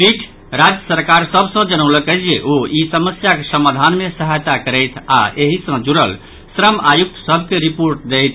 पीठ राज्य सरकार सभ सँ जनौलक अछि जे ओ ई समस्याक समाधान मे सहायता करैथ आओर एहि सँ जुड़ल श्रम आयुक्त सभ के रिपोर्ट दैथ